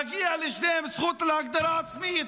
מגיעה לשניהם זכות להגדרה עצמית,